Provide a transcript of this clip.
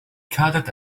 كادت